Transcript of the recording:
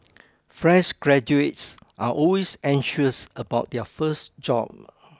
fresh graduates are always anxious about their first job